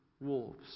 wolves